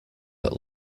that